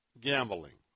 gambling